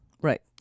Right